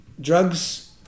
drugs